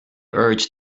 urge